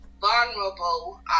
vulnerable